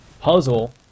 puzzle